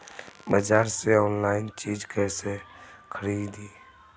बाजार से आनलाइन चीज कैसे खरीदी?